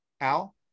Al